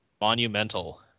Monumental